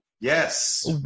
Yes